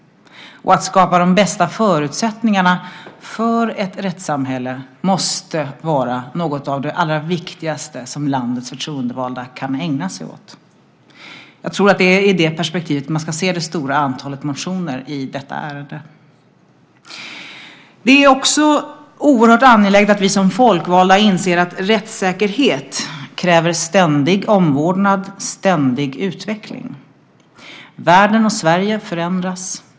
Att skapa de bästa förutsättningarna för ett rättssamhälle måste vara något av det allra viktigaste som landets förtroendevalda kan ägna sig åt. Jag tror att det är i det perspektivet man ska se det stora antalet motioner i detta ärende. Det är också oerhört angeläget att vi som folkvalda inser att rättssäkerhet kräver ständig omvårdnad och ständig utveckling. Världen och Sverige förändras.